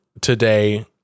today